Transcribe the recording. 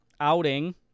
outing